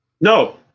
No